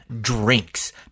drinks